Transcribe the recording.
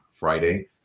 Friday